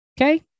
Okay